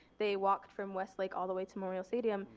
they walked from westlake all the way to memorial stadium.